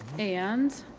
and